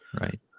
right